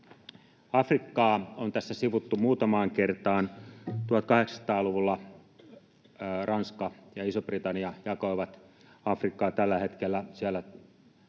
Afrikkaa on tässä sivuttu muutamaan kertaan. 1800-luvulla Ranska ja Iso-Britannia jakoivat Afrikkaa, tällä hetkellä siellä jako